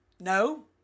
No